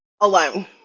Alone